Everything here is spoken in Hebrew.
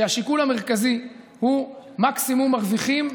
והשיקול המרכזי הוא מקסימום מרוויחים,